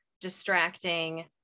distracting